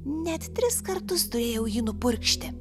net tris kartus turėjau jį nupurkšti